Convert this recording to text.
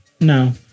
No